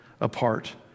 apart